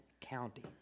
county